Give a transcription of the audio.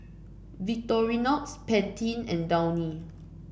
Victorinox Pantene and Downy